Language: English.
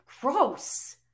Gross